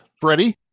Freddie